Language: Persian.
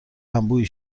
انبوهی